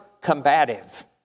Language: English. combative